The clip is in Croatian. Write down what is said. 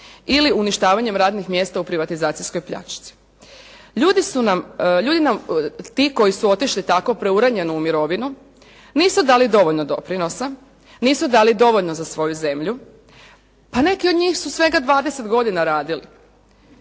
ili uništavanjem radnih mjesta u privatizacijskoj pljačci. Ljudi nam ti koji su otišli tako preuranjeno u mirovinu nisu dali dovoljno doprinosa, nisu dali dovoljno za svoju zemlju a neki od njih su svega 20 godina radili.